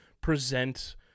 present